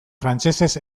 frantsesez